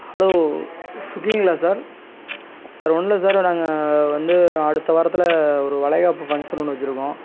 hello ஸ்விகிங்களா sir sir ஒன்னுமில்ல sir நாங்கள் வந்து அடுத்த வாரத்தில் ஒரு வளைகாப்பு ஃபங்க்ஷன் ஒன்று வச்சிருக்கோம்